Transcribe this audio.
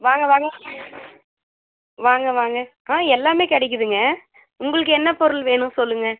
வாங்க வாங்க வாங்க வாங்க ஆ எல்லாமே கிடைக்கிதுங்க உங்களுக்கு என்ன பொருள் வேணும் சொல்லுங்க